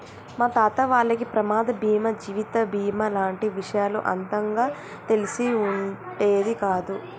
మా తాత వాళ్లకి ప్రమాద బీమా జీవిత బీమా లాంటి విషయాలు అంతగా తెలిసి ఉండేది కాదు